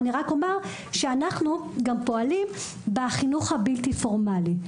אני רק אומר שאנחנו גם פועלים בחינוך הבלתי פורמלי,